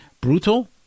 brutal